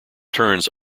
turns